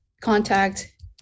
contact